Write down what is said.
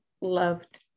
loved